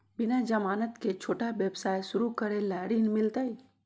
बिना जमानत के, छोटा व्यवसाय शुरू करे ला ऋण मिलतई?